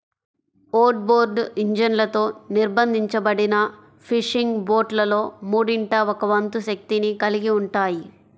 outboard ఇంజన్లతో నిర్బంధించబడిన fishing బోట్లలో మూడింట ఒక వంతు శక్తిని కలిగి ఉంటాయి